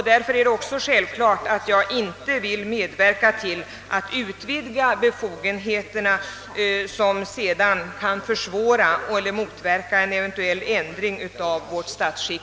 Därför är det självklart att jag inte vill medverka till att utvidga vissa befogenheter som en gång kan försvåra eller motverka en eventuell ändring av vårt statsskick.